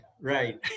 Right